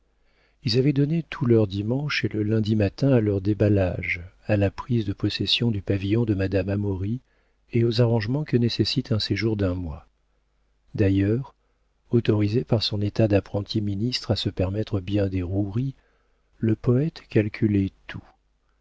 ils avaient donné tout leur dimanche et le lundi matin à leurs déballages à la prise de possession du pavillon de madame amaury et aux arrangements que nécessite un séjour d'un mois d'ailleurs autorisé par son état d'apprenti ministre à se permettre bien des roueries le poëte calculait tout